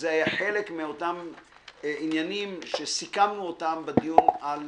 שזה היה חלק מאותם עניינים שסיכמנו אותם בדיון על